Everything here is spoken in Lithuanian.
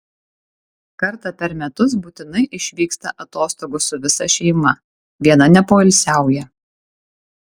kartą per metus būtinai išvyksta atostogų su visa šeima viena nepoilsiauja